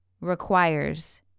requires